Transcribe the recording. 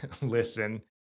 listen